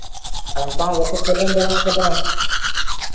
ᱟᱨ ᱚᱱᱠᱟ ᱦᱚᱸ ᱵᱟᱠᱚ ᱠᱚᱢᱯᱞᱮᱱ ᱵᱟᱲᱟᱣ ᱠᱟᱫᱟ